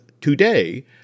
today